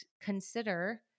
consider